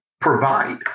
provide